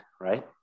right